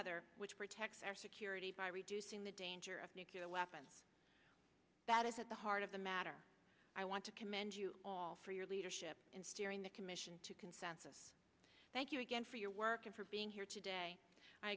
other which protects our security by reducing the danger of nuclear weapons that is at the heart of the matter i want to commend you for your leadership in steering the commission thank you again for your work and for being here today i